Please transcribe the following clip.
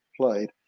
played